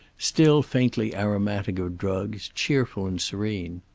still faintly aromatic of drugs, cheerful and serene.